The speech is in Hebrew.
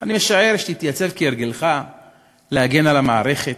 אני משער שתתייצב כהרגלך להגן על המערכת.